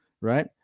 right